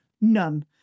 none